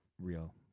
Real